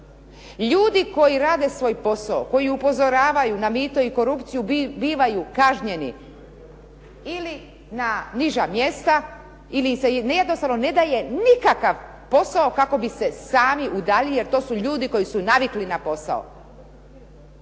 Ljudi koji rade svoj posao, koji upozoravaju na mito i korupciju bivaju kažnjeni ili na niža mjesta ili se jednostavno ne daje nikakav posao kako bi se sami udaljili jer to su ljudi koji su navikli na posao.